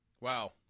Wow